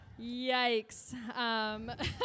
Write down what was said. Yikes